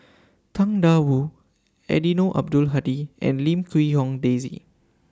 Tang DA Wu Eddino Abdul Hadi and Lim Quee Hong Daisy